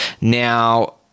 Now